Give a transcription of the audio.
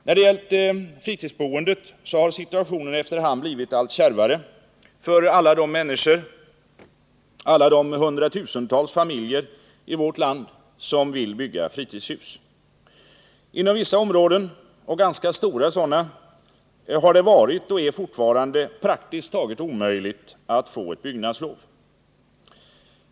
När det gäller fritidsboendet har situationen efter hand blivit allt kärvare för alla de människor, alla de hundratusentals familjer i vårt land, som vill bygga fritidshus. Inom vissa områden — och ganska stora sådana — har det varit och är fortfarande praktiskt taget omöjligt att få ett byggnadslov.